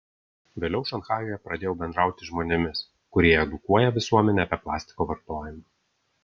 vėliau šanchajuje pradėjau bendrauti žmonėmis kurie edukuoja visuomenę apie plastiko vartojimą